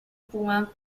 puma